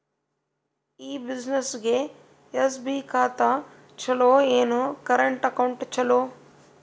ಈ ಬ್ಯುಸಿನೆಸ್ಗೆ ಎಸ್.ಬಿ ಖಾತ ಚಲೋ ಏನು, ಕರೆಂಟ್ ಅಕೌಂಟ್ ಚಲೋ?